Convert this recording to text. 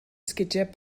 sgidiau